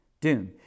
doom